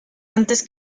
antes